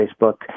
Facebook